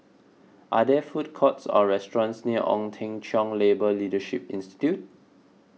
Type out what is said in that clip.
are there food courts or restaurants near Ong Teng Cheong Labour Leadership Institute